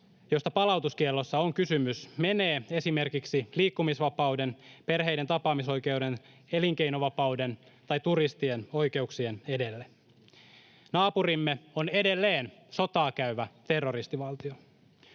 josta palautuskiellossa on kysymys, menee esimerkiksi liikkumisvapauden, perheiden tapaamisoikeuden, elinkeinovapauden tai turistien oikeuksien edelle. Naapurimme on edelleen sotaa käyvä terroristivaltio.